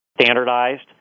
standardized